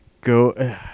go